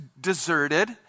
deserted